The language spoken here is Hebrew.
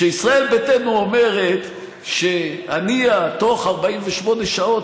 כשישראל ביתנו אומרת שהנייה תוך 48 שעות